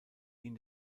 ihn